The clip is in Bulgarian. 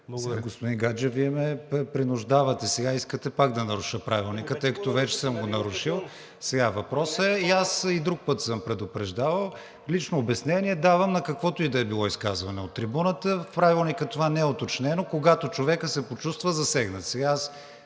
Господин Гаджев, Вие ме принуждавате… Сега искате пак да наруша Правилника, тъй като вече съм го нарушил. (Реплики.) Въпросът е, аз и друг път съм предупреждавал, че лично обяснение давам на каквото и да е било изказване от трибуната. В Правилника това не е уточнено, а когато човекът се почувства засегнат,